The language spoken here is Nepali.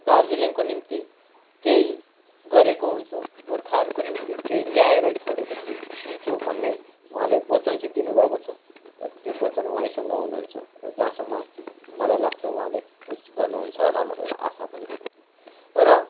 दार्जिलिङको निम्ति केही गरेको हुन्छु गोर्खाहरूको निम्ति केही ल्याएरै छोडेको छु हुन्छु भन्ने उहाँले वचन चाहिँ दिनुभएको छ तर त्यो वचन उहाँसँग हुनुहुन्छ जहाँसम्म मलाई लाग्छ उहाँले केही कुछ गर्नु हुन्छ होला भनेर आशा पनि छ र